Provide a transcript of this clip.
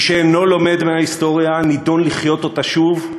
מי שאינו לומד מההיסטוריה נידון לחיות אותה שוב.